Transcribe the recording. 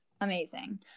Amazing